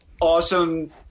awesome